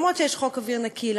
למרות שיש חוק אוויר נקי,